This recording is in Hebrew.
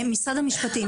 משרד המשפטים,